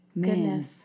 Goodness